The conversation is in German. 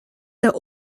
der